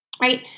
right